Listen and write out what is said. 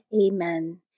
Amen